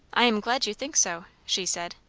i am glad you think so! she said.